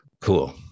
cool